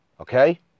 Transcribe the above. okay